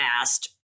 asked